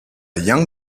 young